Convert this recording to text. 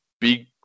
big